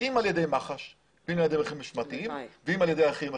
אם על ידי מח"ש בהליכים משמעתיים ואם על ידי הליכים אחרים.